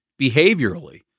Behaviorally